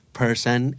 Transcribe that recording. person